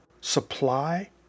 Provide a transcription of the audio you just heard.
supply